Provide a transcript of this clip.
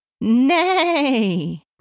Nay